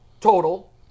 total